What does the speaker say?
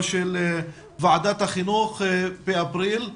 של ועדת החינוך שהתקיימה באפריל השנה.